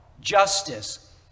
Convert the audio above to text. Justice